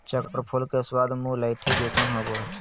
चक्र फूल के स्वाद मुलैठी जइसन होबा हइ